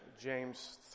James